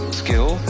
skill